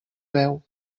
veu